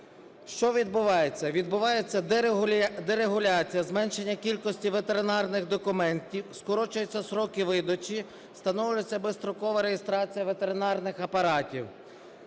Що відбувається? Відбувається дерегуляція, зменшення кількості ветеринарних документів, скорочуються строки видачі, встановлюється безстрокова реєстрація ветеринарних апаратів.